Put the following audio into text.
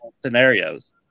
scenarios